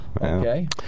Okay